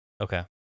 Okay